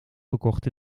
gekocht